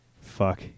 Fuck